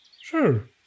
sure